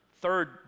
third